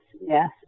yes